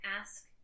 ask